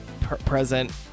present